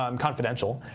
um confidential.